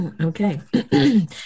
Okay